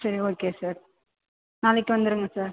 சரி okay sir நாளைக்கு வந்துடுங்க சார்